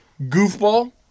goofball